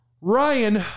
Ryan